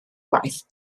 gwaith